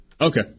Okay